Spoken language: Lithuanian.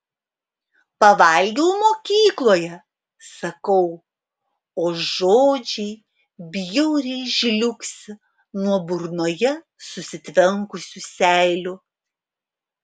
pavalgiau mokykloje sakau o žodžiai bjauriai žliugsi nuo burnoje susitvenkusių seilių